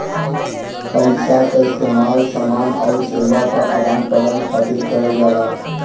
पइसा क इस्तेमाल समान आउर सेवा क आदान प्रदान खातिर करल जाला